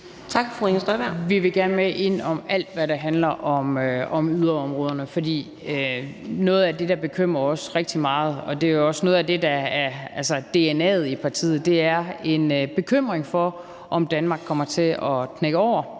14:33 Inger Støjberg (DD): Vi vil gerne være med i alt, hvad der handler om yderområderne, for noget af det, der bekymrer os rigtig meget – og det er også noget af det, der er dna'et i partiet – er, om Danmark kommer til at knække over,